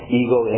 ego